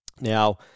Now